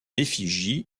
effigie